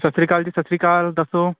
ਸਤਿ ਸ਼੍ਰੀ ਅਕਾਲ ਜੀ ਸਤਿ ਸ਼੍ਰੀ ਅਕਾਲ ਦੱਸੋ